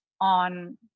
on